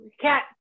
Cat